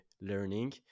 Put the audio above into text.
learning